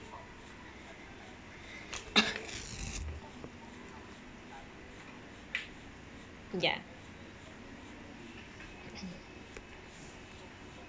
ya